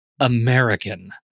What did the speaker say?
American